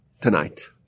tonight